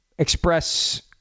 express